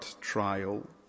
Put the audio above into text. trial